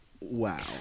Wow